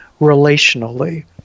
relationally